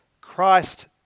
christ